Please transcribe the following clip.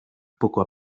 poco